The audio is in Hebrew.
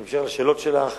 לשאלות שלך